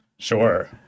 sure